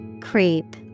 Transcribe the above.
Creep